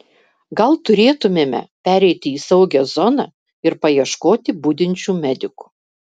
gal turėtumėme pereiti į saugią zoną ir paieškoti budinčių medikų